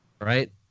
Right